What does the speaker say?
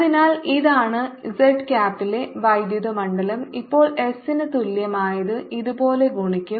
അതിനാൽ ഇതാണ് z ക്യാപ്പിലെ വൈദ്യുത മണ്ഡലം ഇപ്പോൾ s ന് തുല്യമായത് ഇതുപോലെ ഗുണിക്കും